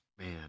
Man